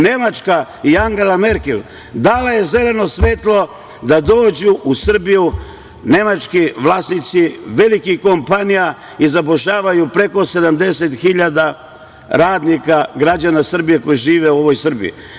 Nemačka i Angela Merkel dala je zeleno svetlo da dođu u Srbiju nemački vlasnici velikih kompanija i zapošljavaju preko 70.000 radnika, građana Srbije koji žive u ovoj Srbiji.